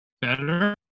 better